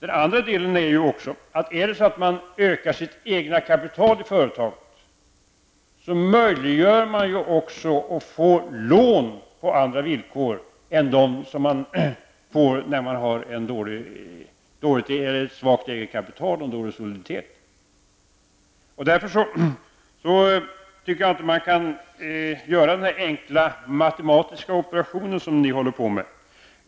En annan del av saken är att man, genom att öka sitt eget kapital i företaget, också gör det möjligt att få lån på andra villkor än de villkor som blir aktuella när man har ett svagt eget kapital och en dålig soliditet. Jag tycker därför inte att man kan göra den enkla matematiska operation som ni håller på med.